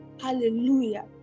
hallelujah